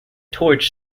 torch